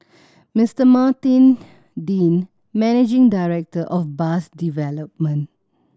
Mister Martin Dean managing director of bus development